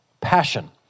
passion